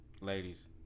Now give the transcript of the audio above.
Ladies